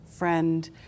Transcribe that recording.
friend